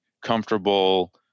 comfortable